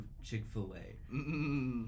Chick-fil-A